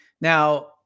Now